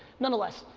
nonetheless,